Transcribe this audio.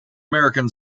american